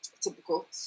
Typical